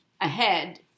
ahead